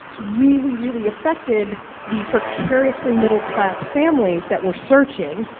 really, really affected the precariously middle-class families that were searching,